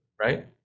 right